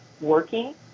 working